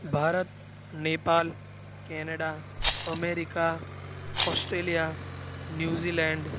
Bharat Nepal Canada America Australia New Zealand